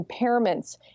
impairments